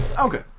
Okay